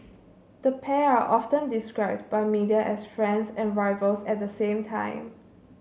the pair are often described by media as friends and rivals at the same time